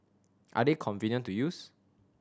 are they convenient to use